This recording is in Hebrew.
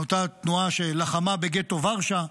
מאותה תנועה שלחמה בגטו ורשה.